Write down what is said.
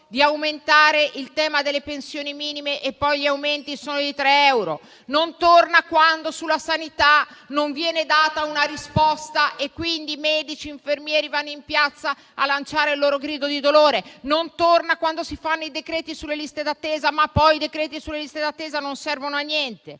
di aumentare le pensioni minime e poi gli aumenti sono di 3 euro, non tornano quando sulla sanità non viene data una risposta e quindi medici e infermieri vanno in piazza a lanciare il loro grido di dolore, non tornano quando si fanno i decreti sulle liste d'attesa, ma questi non servono a niente.